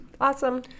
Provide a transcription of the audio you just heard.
Awesome